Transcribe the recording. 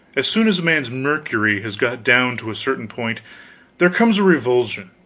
as soon as a man's mercury has got down to a certain point there comes a revulsion,